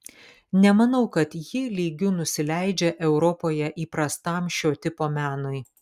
nemanau kad ji lygiu nusileidžia europoje įprastam šio tipo menui